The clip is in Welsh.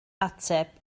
ateb